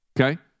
okay